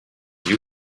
you